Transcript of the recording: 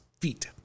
feet